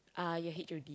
uh your H_O_D